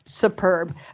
superb